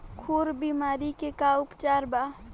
खुर बीमारी के का उपचार बा?